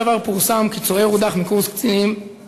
פורסם כי צוער הודח מקורס קצינים,